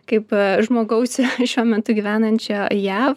kaip žmogaus šiuo metu gyvenančio jav